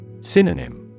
Synonym